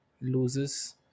loses